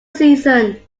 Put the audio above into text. season